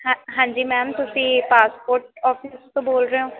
ਹ ਹਾਂਜੀ ਮੈਮ ਤੁਸੀਂ ਪਾਸਪੋਰਟ ਆਫਿਸ ਤੋਂ ਬੋਲ ਰਹੇ ਹੋ